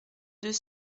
deux